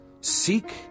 Seek